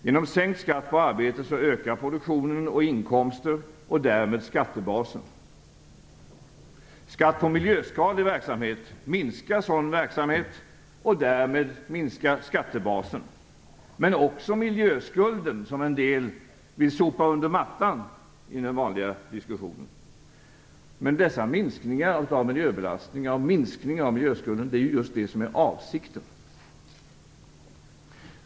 Genom sänkt skatt på arbete ökar produktion och inkomster och därmed skattebasen. Skatt på miljöskadlig verksamhet minskar sådan verksamhet, och därmed minskar skattebasen - men också miljöskulden, som en del vill sopa under mattan i den vanliga diskussionen. Det är just dessa minskningar av miljöbelastningen, av miljöskulden, som är avsikten.